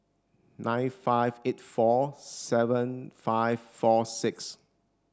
nine five eight four seven five four six